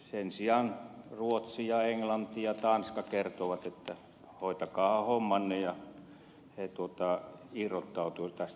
sen sijaan ruotsi ja englanti ja tanska kertovat että hoitakaahan hommanne ja ne irrottautuvat tästä